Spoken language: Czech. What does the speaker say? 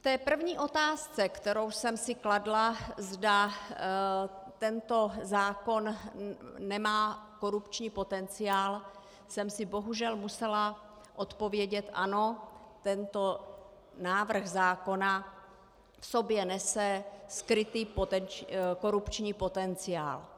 V té první otázce, kterou jsem si kladla, zda tento zákon nemá korupční potenciál, jsem si bohužel musela odpovědět ano, tento návrh zákona v sobě nese skrytý korupční potenciál.